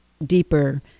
deeper